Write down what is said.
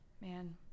Man